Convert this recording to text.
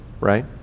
right